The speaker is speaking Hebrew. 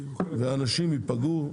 ואנשים יפגעו,